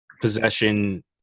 possession